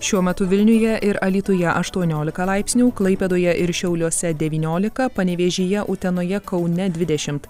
šiuo metu vilniuje ir alytuje aštuoniolika laipsnių klaipėdoje ir šiauliuose devyniolika panevėžyje utenoje kaune dvidešimt